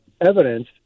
evidence